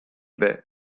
bear